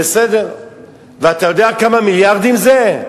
ואתה יודע כמה מיליארדים זה?